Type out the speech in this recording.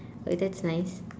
oh that's nice